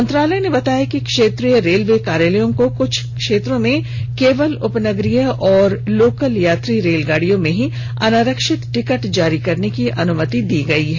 मंत्रालय ने बताया कि क्षेत्रीय रेलवे कार्यालयों को कुछ क्षेत्रों में केवल उपनगरीय और लोकल यात्री रेलगाडियों में ही अनारक्षित टिकट जारी करने की ॅअनुमति दी गई है